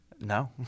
No